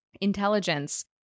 intelligence